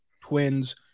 Twins